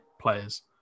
players